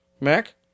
Mac